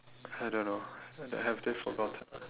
I don't know have they forgotten